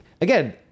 again